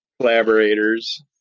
collaborators